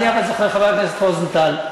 חבר הכנסת רוזנטל,